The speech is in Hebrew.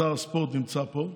שר הספורט נמצא פה,